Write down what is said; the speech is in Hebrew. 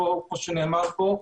כמו שנאמר פה,